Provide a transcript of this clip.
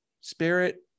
spirit